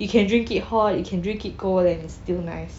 you can drink it hot you can drink it cold and it's still nice